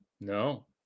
No